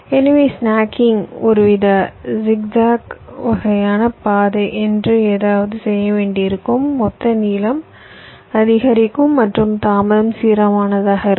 எனவே ஸ்னக்கிங் ஒருவித zig zag வகையான பாதை என்று ஏதாவது செய்ய வேண்டியிருக்கும் மொத்த நீளம் அதிகரிக்கும் மற்றும் தாமதம் சீரானதாக இருக்கும்